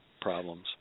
problems